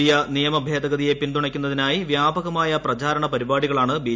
പുതിയ നിയമ ഭേദഗതിയെ പിന്തുണക്കുന്നതിനായി വ്യാപകമായ പ്രചാരണ പരിപാടികളാണ് ബി